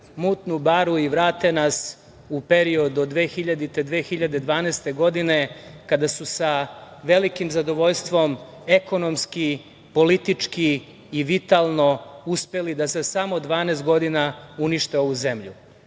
mutnu baru i vrate nas u period od 2000. do 2012. godine kada su sa velikim zadovoljstvom ekonomski, politički i vitalno uspeli da za samo 12 godina unište ovu zemlju. Da